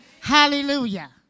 hallelujah